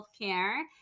healthcare